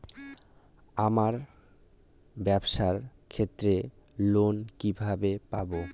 আমার ব্যবসার ক্ষেত্রে লোন কিভাবে পাব?